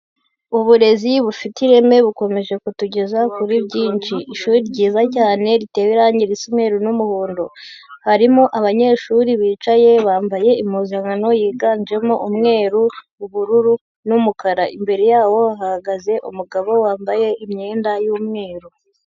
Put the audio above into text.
Uburezi bufite ireme bukomeje kutugeza kuri byinshi. Ishuri ryiza cyane ritewe irangi risa umweru n'umuhondo. Harimo abanyeshuri bicaye, bambaye impuzankano yiganjemo umweru, ubururu n'umukara. Imbere yabo hahagaze umugabo wambaye imyenda y'umweru.